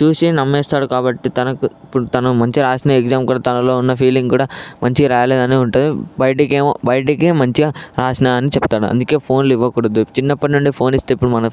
చూసి నమ్మేస్తాడు కాబట్టి తనకు ఇప్పుడు తను మంచిగా రాసిన ఎగ్జామ్ కూడా తనలో ఉన్న ఫీలింగ్ కూడా మంచిగా రాయలేదనే ఉంటుంది బయటికేమో బయటికి మంచిగా రాసినానని చెప్తాడు అందుకే ఫోన్లివ్వకూడదు చిన్నప్పటినుండి ఫోన్ ఇస్తే ఇప్పుడు మనం